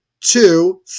two